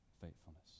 faithfulness